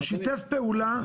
הוא שיתף פעולה,